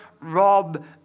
rob